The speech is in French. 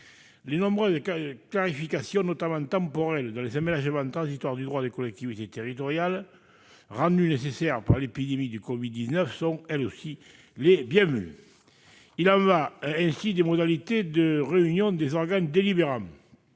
Les nombreuses clarifications, notamment temporelles, dans les aménagements transitoires du droit des collectivités territoriales, rendues nécessaires par l'épidémie de Covid-19, sont, elles aussi, les bienvenues. Il en va ainsi des modalités de réunion des organes délibérants,